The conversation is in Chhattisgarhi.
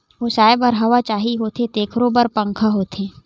ओसाए बर हवा चाही होथे तेखरो बर पंखा होथे